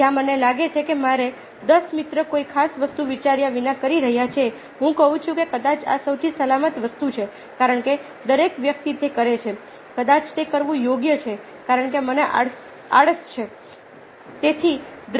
જ્યાં મને લાગે છે કે મારા 10 મિત્રો કોઈ ખાસ વસ્તુ વિચાર્યા વિના કરી રહ્યા છે હું કહું છું કે કદાચ આ સૌથી સલામત વસ્તુ છે કારણ કે દરેક વ્યક્તિ તે કરે છે કદાચ તે કરવું યોગ્ય છે કારણ કે મન આળસુ છે